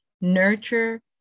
Nurture